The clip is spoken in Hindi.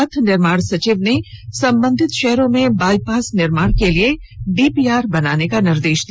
पथ निर्माण सचिव ने संबंधित शहरों में बाईपास निर्माण के लिए डीपीआर बनाने का निर्देश दिया